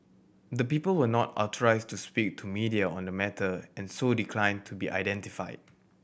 the people were not authorised to speak to media on the matter and so declined to be identified